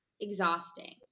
Exhausting